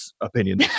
opinion